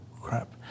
crap